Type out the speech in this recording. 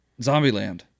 Zombieland